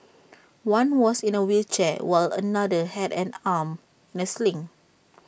one was in A wheelchair while another had an arm in A sling